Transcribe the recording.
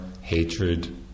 hatred